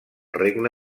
regne